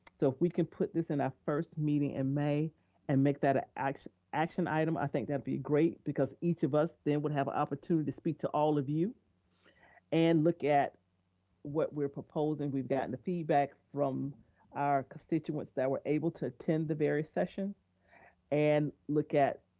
so if we could put this in our first meeting in may and make that an action action item, i think that'd be great because each of us then would have an opportunity to speak to all of you and look at what we're proposing, we've gotten the feedback from our constituents that we're able to attend the various sessions and look at,